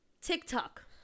TikTok